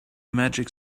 magic